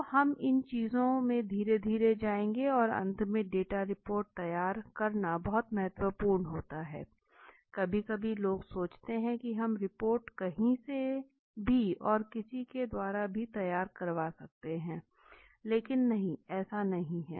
तो हम इन चीजों में धीरे धीरे जाएंगे और अंत में डेटा रिपोर्ट तैयार करना बहुत महत्वपूर्ण होता है कभी कभी लोग सोचते हैं कि हम रिपोर्ट कहीं से भी और किसी के द्वारा भी तैयार करवा सकते हैं लेकिन नहीं ऐसा नहीं है